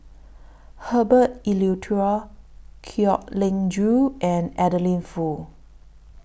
Herbert Eleuterio Kwek Leng Joo and Adeline Foo